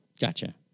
Gotcha